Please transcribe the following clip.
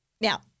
Now